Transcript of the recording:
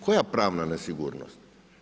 Koja pravna nesigurnost.